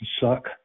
Suck